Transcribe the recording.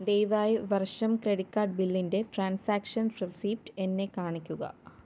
ദയവായി വർഷം credit card ബില്ലിൻ്റെ ട്രാൻസാക്ഷൻ റെസിപ്റ്റ് എന്നെ കാണിക്കുക